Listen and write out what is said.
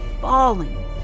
falling